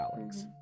Alex